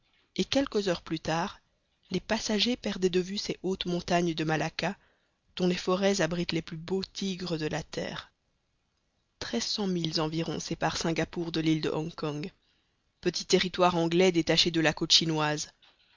et quelques heures plus tard les passagers perdaient de vue ces hautes montagnes de malacca dont les forêts abritent les plus beaux tigres de la terre treize cents milles environ séparent singapore de l'île de hong kong petit territoire anglais détaché de la côte chinoise